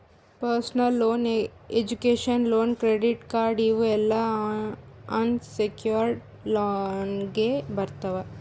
personal loan, education loan, credit card ಇವ್ ಎಲ್ಲಾ unsecured ಲೋನ್ನಾಗ್ ಬರ್ತಾವ್